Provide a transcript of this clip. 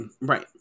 Right